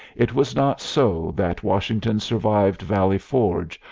it was not so that washington survived valley forge,